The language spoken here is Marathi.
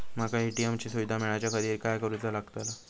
माका ए.टी.एम ची सुविधा मेलाच्याखातिर काय करूचा लागतला?